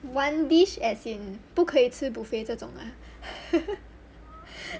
one dish as in 不可以吃 buffet 这种 ah